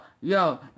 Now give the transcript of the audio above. yo